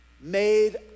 made